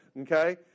Okay